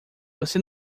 você